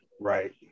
Right